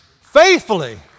faithfully